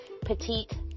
petite